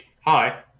Hi